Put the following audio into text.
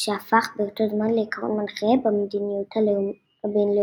שהפך באותו זמן לעיקרון מנחה במדיניות הבינלאומית.